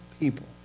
people